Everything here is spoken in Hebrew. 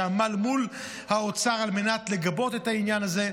שעמל מול האוצר על מנת לגבות את העניין הזה,